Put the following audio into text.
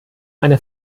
eine